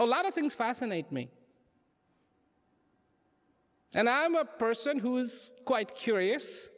a lot of things fascinate me and i am a person who is quite curious